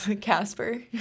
Casper